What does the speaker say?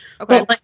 Okay